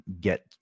get